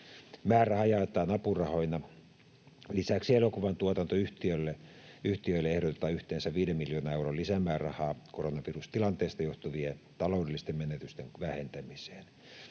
Määräraha jaetaan apurahoina. Lisäksi elokuvatuotantoyhtiöille ehdotetaan yhteensä 5 miljoonan euron lisämäärärahaa koronavirustilanteesta johtuvien taloudellisten menetysten vähentämiseen.